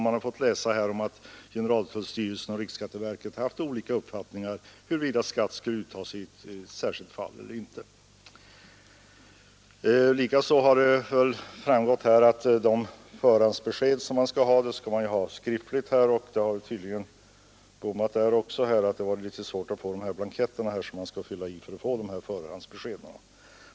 Man har fått läsa att generaltullstyrelsen och riksskatteverket haft olika uppfattningar om huruvida skatt skall uttas i ett särskilt fall eller inte, men jag vet inte om det är riktigt. Det har likaså framgått att det varit litet svårt att få tag i de blanketter som skall fyllas i för att man skall erhålla de skriftliga förhandsbesked som finns om den här skatten.